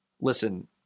Listen